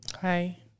Hi